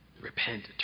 Repent